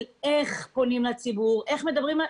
להנחות איך פונים לציבור, איך מדברים.